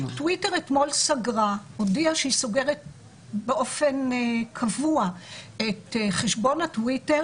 טוויטר אתמול הודיעה שהיא סוגרת באופן קבוע את חשבון הטוויטר